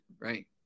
right